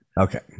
okay